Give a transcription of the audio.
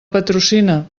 patrocina